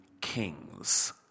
kings